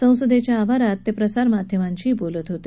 संसदेच्या आवारात ते आज प्रसार माध्यमांशी बोलत होते